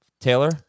Taylor